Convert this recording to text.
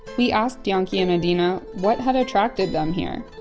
we asked yanki and adina what had attracted them here.